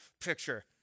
picture